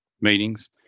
meetings